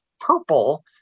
purple